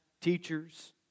teachers